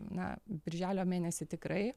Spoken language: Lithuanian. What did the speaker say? na birželio mėnesį tikrai